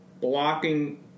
blocking